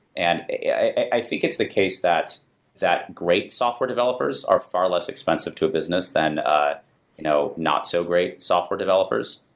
and i think it's the case that that great software developers are far less expensive to a business than ah you know not so great software developers.